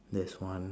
that's one